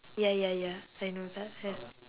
ya ya ya I know that ya